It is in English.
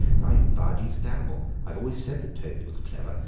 now you can buy a decent animal. i've always said that toby was clever.